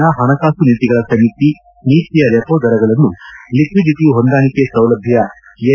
ನ ಹಣಕಾಸು ನೀತಿಗಳ ಸಮಿತಿ ನೀತಿಯ ರೆಪೋ ದರಗಳನ್ನು ಲಿಕ್ವಿಡಿಟ ಹೊಂದಾಣಿಕೆ ಸೌಲಭ್ಯ ಎಲ್